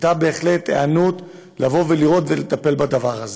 הייתה במשרד בהחלט היענות לטפל בדבר הזה.